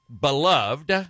beloved